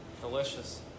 Delicious